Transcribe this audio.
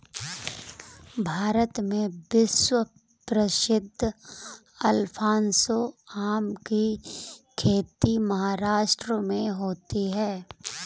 भारत में विश्व प्रसिद्ध अल्फांसो आम की खेती महाराष्ट्र में होती है